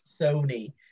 Sony